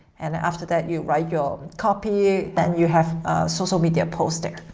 and after that, you write your copy, then you have social media posting.